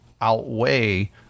outweigh